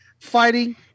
fighting